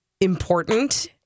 important